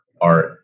art